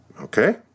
okay